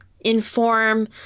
inform